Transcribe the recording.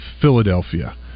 Philadelphia